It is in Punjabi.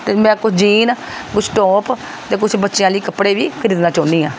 ਅਤੇ ਮੈਂ ਕੁਝ ਜੀਨ ਕੁਛ ਟੋਪ ਅਤੇ ਕੁਛ ਬੱਚਿਆਂ ਲਈ ਕੱਪੜੇ ਵੀ ਖਰੀਦਣਾ ਚਾਹੁੰਦੀ ਹਾਂ